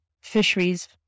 fisheries